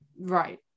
Right